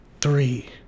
three